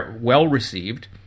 well-received